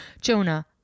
Jonah